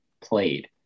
played